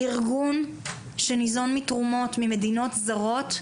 ארגון שניזון מתרומות ממדינות זרות,